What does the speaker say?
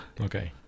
Okay